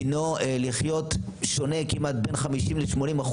דינו לחיות שונה כמעט בין 50% ל-80%,